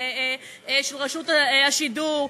של רשות השידור,